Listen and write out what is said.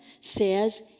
says